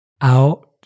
Out